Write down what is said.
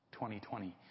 2020